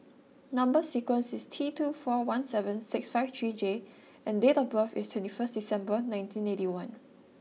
number sequence is T two four one seven six five three J and date of birth is twenty first December nineteen eighty one